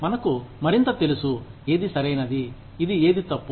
మనకు మరింత తెలుసు ఏది సరైనది ఇది ఏది తప్పు